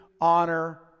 honor